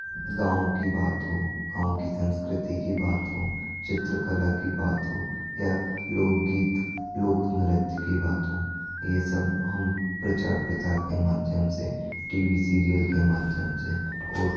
गाँव की बात हो गाँव की संस्कृति की बात हो चित्रकला की बात हो या लोकगीत लोकनृत्य की बात हो ये सब हम प्रचार प्रचार के माध्यम से टी वी सीरियल के माध्यम से और